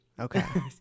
okay